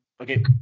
Okay